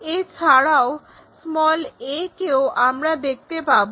এছাড়াও a কেও আমরা দেখতে পাবো